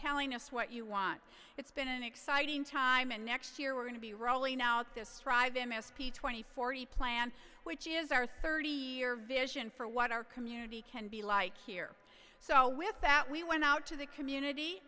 telling us what you want it's been an exciting time and next year we're going to be rolling out this strive m s p twenty forty plan which is our thirty year vision for what our community can be like here so with that we went out to the community